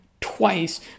twice